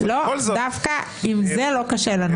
אבל בכל זאת --- דווקא עם זה לא קשה לנו.